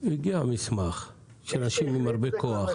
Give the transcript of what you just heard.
הגיע מסמך של אנשים עם הרבה כוח.